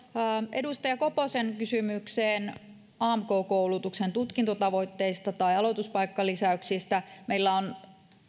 edustaja koposen kysymykseen amk koulutuksen tutkintotavoitteista tai aloituspaikkalisäyksistä meillä on